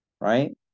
right